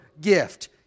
gift